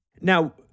Now